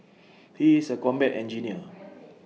he is A combat engineer